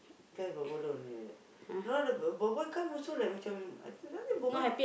boy boy bodoh only like that no the boy boy come also like macam boy boy